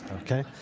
Okay